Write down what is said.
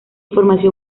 información